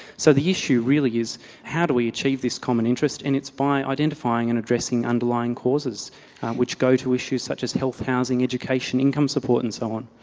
so the issue really is how do we achieve this common interest and it's by identifying and addressing underlying causes which go to issues such as health, housing, education, income support and so on.